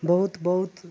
ବହୁତ ବହୁତ